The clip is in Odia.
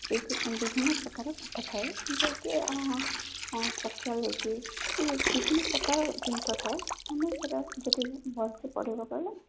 ବିଭିନ୍ନ ପ୍ରକାର ପାଠ ଥାଏ ଯଦି ସୋସିଓଲୋଜି ବିଭିନ୍ନ ପ୍ରକାର ଜିନିଷ ଥାଏ ତୁମେ ସେଟା ଯଦି ଭଲସେ ପଢ଼ିବ ବଲେ